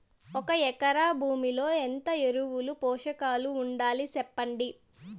ఒక ఎకరా భూమిలో ఎంత ఎరువులు, పోషకాలు వాడాలి సెప్పండి?